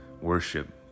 worship